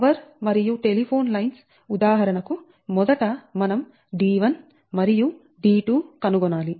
power మరియు telephone lines ఉదాహరణకు మొదట మనం d1 మరియు d2 కనుగొనాలి